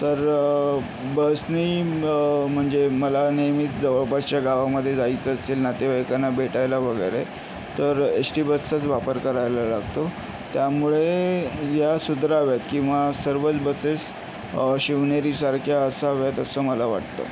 तर बसनी म्हणजे मला नेहमीच जवळपासच्या गावामध्ये जायचं असेल नातेवाईकांना भेटायला वगैरे तर एस टी बसचाच वापर करायला लागतो त्यामुळे ह्या सुधाराव्यात किंवा सर्वच बसेस शिवनेरीसारख्या असाव्यात असं मला वाटतं